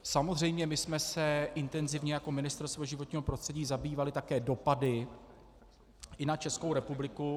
Samozřejmě jsme se intenzivně jako Ministerstvo životního prostředí zabývali také dopady i na Českou republiku.